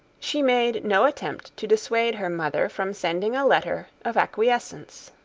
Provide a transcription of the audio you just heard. she made no attempt to dissuade her mother from sending a letter of acquiescence.